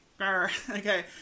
Okay